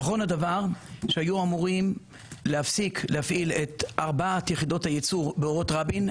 נכון הדבר שהיו אמורים להפסיק את ארבעת יחידות הייצור באורות רבין,